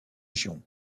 girons